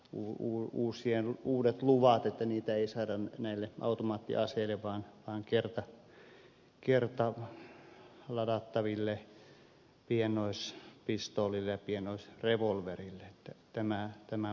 puhuu uusien uuden luvan uusia lupia ei saada näille automaattiaseille vaan kertaladattaville pienoispistoolille ja pienoisrevolverille niin että tämä muutos tässä tulee